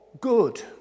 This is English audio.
good